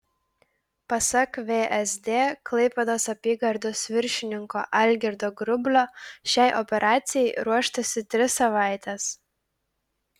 pasak vsd klaipėdos apygardos viršininko algirdo grublio šiai operacijai ruoštasi tris savaites